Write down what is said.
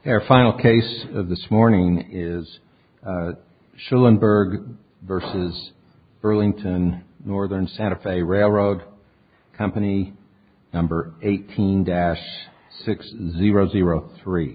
their final case of this morning is sure lindbergh versus burlington northern santa fe railroad company number eighteen dash six zero zero three